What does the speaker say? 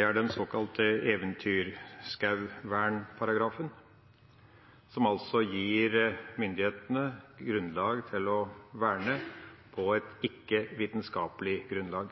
er den såkalte eventyrskogvernparagrafen, som gir myndighetene grunnlag til å verne på et ikke-vitenskapelig grunnlag.